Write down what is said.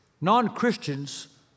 Non-Christians